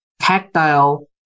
tactile